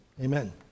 Amen